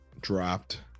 dropped